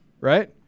right